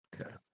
Okay